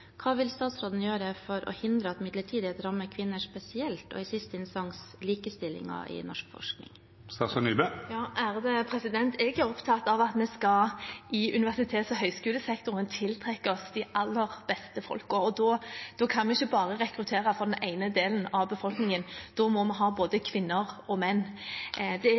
Hva vil statsråden gjøre for å hindre at midlertidighet rammer kvinner spesielt, og i siste instans likestillingen i norsk forskning? Jeg er opptatt av at vi i universitets- og høyskolesektoren skal tiltrekke oss de aller beste folkene. Da kan vi ikke bare rekruttere fra den ene delen av befolkningen, da må vi ha både kvinner og menn. Det